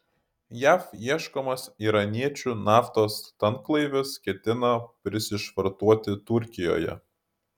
jav ieškomas iraniečių naftos tanklaivis ketina prisišvartuoti turkijoje